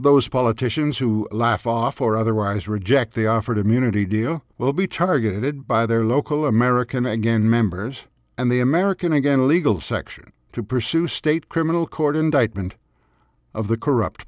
those politicians who laugh off or otherwise reject the offered immunity deal will be targeted by their local american again members and the american again legal section to pursue state criminal court indictment of the corrupt